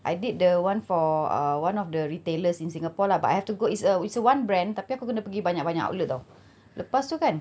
I did the one for uh one of the retailers in singapore lah but I have to go it's a it's a one brand tapi aku kena pergi banyak-banyak outlet [tau] lepas tu kan